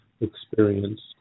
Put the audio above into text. experienced